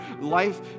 life